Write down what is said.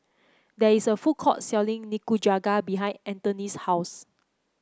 there is a food court selling Nikujaga behind Antone's house